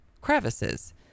crevices